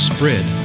Spread